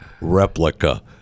replica